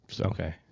Okay